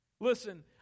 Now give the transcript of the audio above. Listen